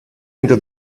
into